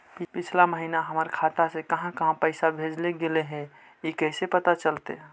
पिछला महिना हमर खाता से काहां काहां पैसा भेजल गेले हे इ कैसे पता चलतै?